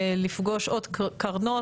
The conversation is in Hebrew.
לפגוש עוד קרנות.